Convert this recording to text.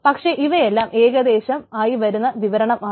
പക്ഷേ ഇവയെല്ലാം ഏകദേശം ആയി വരുന്ന വിവരണമാണ്